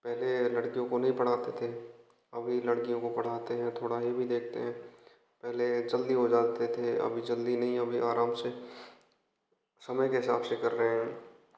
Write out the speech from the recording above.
पहले लड़कियों को नहीं पढ़ाते थे अब लड़कियों को पढ़ाते है थोड़ा ये भी देखते हैं पहले जल्दी हो जाते थे अभी जल्दी नहीं होते आराम से समय के हिसाब से कर रहे हैं